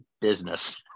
business